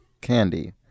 candy